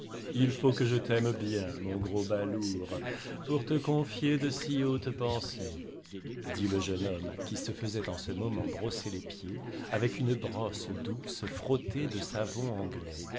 il faut que je t'aime bien mon gros balourd pour te confier de si hautes pensées dit le jeune homme qui se faisait en ce moment brosser les pieds avec une brosse douce frottée de savon anglais